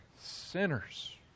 sinners